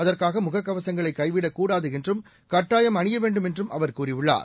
அதற்காக முகக்கவகங்களை கைவிடக்கூடாது என்றும் கட்டாயம் அணிய வேண்டும் என்றும் அவர் கூறியுள்ளார்